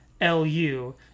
L-U